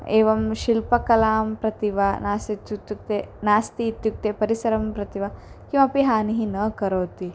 एवं शिल्पकलां प्रति वा नास्ति इत्युक्ते नास्ति इत्युक्ते परिसरं प्रति वा किमपि हानिः न करोति